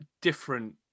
different